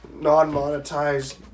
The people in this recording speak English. non-monetized